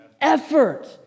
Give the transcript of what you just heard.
effort